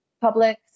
public